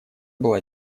была